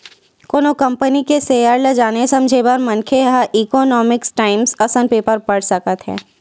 कोनो कंपनी के सेयर ल जाने समझे बर मनखे ह इकोनॉमिकस टाइमस असन पेपर पड़ सकत हे